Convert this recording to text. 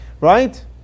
right